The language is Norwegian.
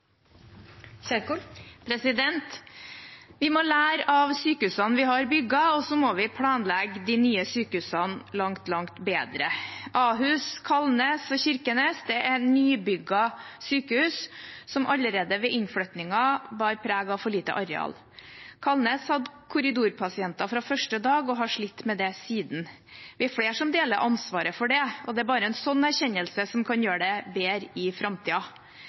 Vi må lære av sykehusene vi har bygget, og vi må planlegge de nye sykehusene langt, langt bedre. Ahus, Kalnes og Kirkenes er nybygde sykehus som allerede ved innflyttingen bar preg av for lite areal. Kalnes hadde korridorpasienter fra første dag og har slitt med det siden. Vi er flere som deler ansvaret for det, og det er bare en sånn erkjennelse som kan gjøre det bedre i